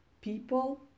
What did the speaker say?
people